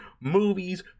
movies